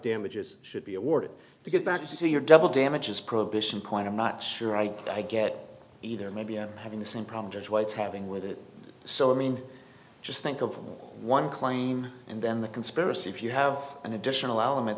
damages should be awarded to get back to see your double damages prohibition point i'm not sure i could i get either maybe i'm having the same problem judge white's having with it so i mean just think of one claim and then the conspiracy if you have an additional element